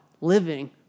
living